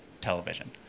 television